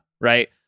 right